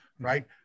right